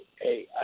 hey